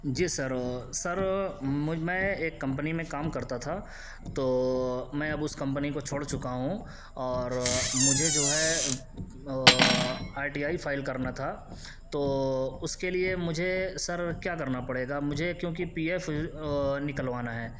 جی sir sir میں ایک company میں کام کرتا تھا تو میں اب اس کمپنی کو چھوڑ چکا ہوں اور مجھے جو ہے آر ٹی آئی فائل کرنا تھا تو اس کے لیے مجھے سر کیا کرنا پڑے گا مجھے کیونکہ پی ایف نکلوانا ہے